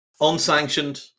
Unsanctioned